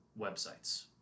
websites